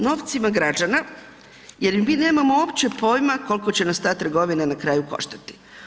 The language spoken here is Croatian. Novcima građana jer mi nemamo uopće pojma koliko će nas ta trgovina na kraju koštati.